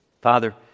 Father